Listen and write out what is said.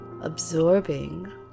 absorbing